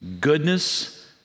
goodness